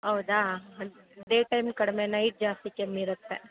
ಹೌದಾ ಡೇ ಟೈಮ್ಗೆ ಕಡಿಮೆ ನೈಟ್ ಜಾಸ್ತಿ ಕೆಮ್ಮಿರುತ್ತೆ